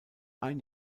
ein